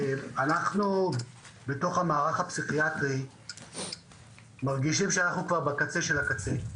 אנחנו בתוך המערך הפסיכיאטרי מרגישים שאנחנו כבר בקצה של הקצה.